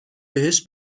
بهش